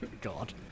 God